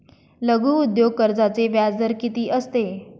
लघु उद्योग कर्जाचे व्याजदर किती असते?